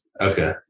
Okay